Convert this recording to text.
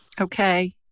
Okay